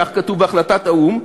כך כתוב בהחלטת האו"ם.